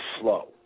flow